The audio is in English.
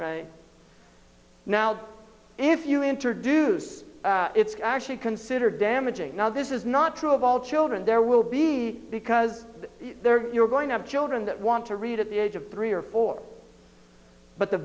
right now if you introduce it's actually considered damaging now this is not true of all children there will be because you're going to have children that want to read at the age of three or four but the